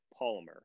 polymer